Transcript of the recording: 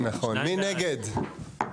2 נגד,